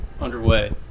underway